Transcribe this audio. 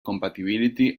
compatibility